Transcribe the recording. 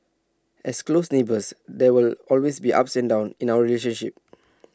as close neighbours there will always be ups and downs in our relationship